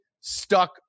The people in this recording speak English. stuck